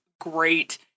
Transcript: great